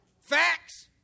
Facts